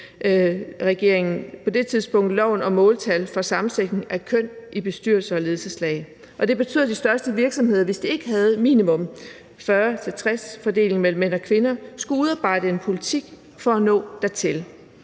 S-R-SF-regeringen loven om måltal for sammensætning af køn i bestyrelser og ledelseslag, og det betød, at de største virksomheder, hvis de ikke havde minimum en 40-60-fordeling mellem mænd og kvinder, skulle udarbejde en politik for at nå dertil.